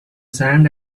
sand